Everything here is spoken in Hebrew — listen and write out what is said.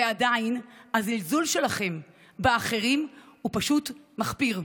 ועדיין, הזלזול שלכם באחרים הוא פשוט מחפיר.